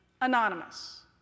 anonymous